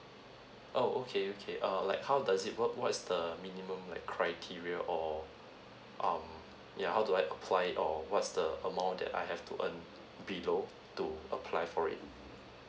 oh okay okay err like how does it work what is the minimum like criteria or um ya how do I apply it or what's the amount that I have to earn below to apply for it